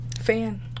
fan